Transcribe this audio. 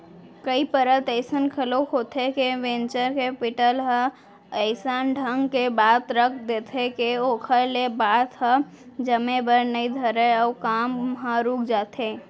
कई परत अइसन घलोक होथे के वेंचर कैपिटल ह अइसन ढंग के बात रख देथे के ओखर ले बात ह जमे बर नइ धरय अउ काम ह रुक जाथे